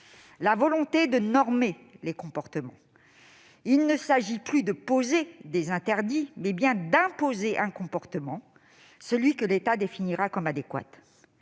la volonté de normer les comportements. Il ne s'agit plus de poser des interdits, mais bien d'imposer un comportement, celui que l'État définira comme adéquat.